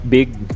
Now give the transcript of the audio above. big